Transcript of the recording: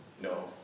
no